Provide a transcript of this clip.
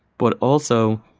but also,